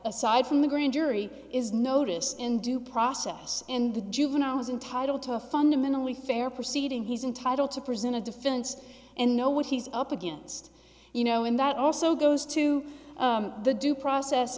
aside from the grand jury is notice in due process in the juvenile was entitle to a fundamentally fair proceeding he's entitled to present a defense and know what he's up against you know in that also goes to the due process